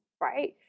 right